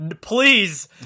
Please